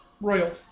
Royal